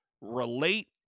relate